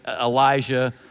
Elijah